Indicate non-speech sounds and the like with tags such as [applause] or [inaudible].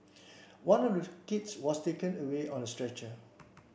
one of [unintelligible] kids was taken away on a stretcher